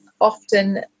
often